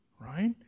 Right